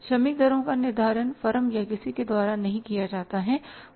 श्रमिक दरों का निर्धारण फर्म या किसी के द्वारा नहीं किया जाता है